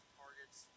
targets